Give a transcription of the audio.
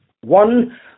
One